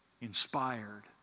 inspired